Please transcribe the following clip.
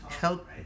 help